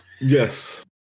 yes